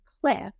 cliff